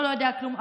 הוא לא יודע כלום,